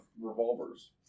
revolvers